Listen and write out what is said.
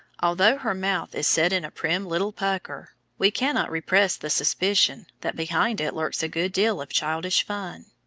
although her mouth is set in a prim little pucker, we cannot repress the suspicion that behind it lurks a good deal of childish fun.